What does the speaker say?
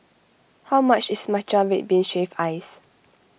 how much is Matcha Red Bean Shaved Ice